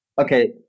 okay